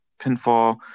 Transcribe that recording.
pinfall